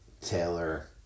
Taylor